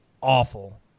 awful